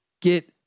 get